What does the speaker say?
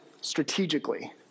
strategically